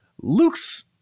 Luke's